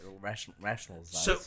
rationalize